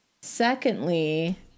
Secondly